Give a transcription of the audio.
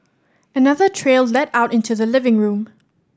another trail led out into the living room